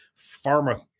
pharma